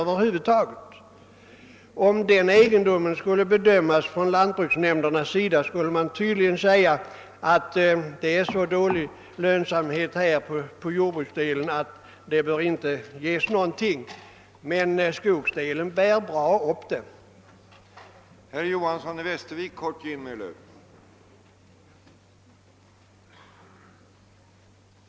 Om en sådan egendom skulle bedömas av lantbruksnämnderna skulle det tydligen heta att jordbruksdelens lönsamhet är så dålig att det inte bör ges något stöd. Men skogsdelen bär upp det hela bra.